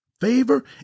Favor